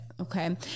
Okay